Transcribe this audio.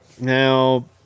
Now